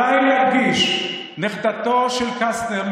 עליי להדגיש: נכדתו של קסטנר,